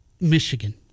Michigan